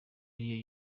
ari